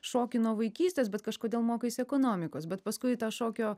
šoki nuo vaikystės bet kažkodėl mokaisi ekonomikos bet paskui tą šokio